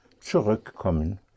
zurückkommen